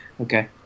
Okay